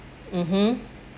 mmhmm